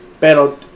Pero